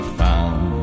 found